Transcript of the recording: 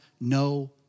no